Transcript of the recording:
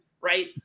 Right